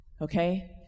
Okay